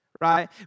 Right